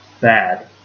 bad